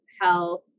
health